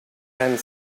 and